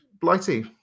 Blighty